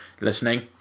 listening